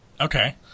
Okay